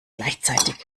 gleichzeitig